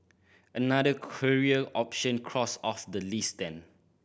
another career option crossed off the list then